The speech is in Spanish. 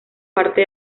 parte